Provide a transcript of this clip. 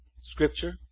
scripture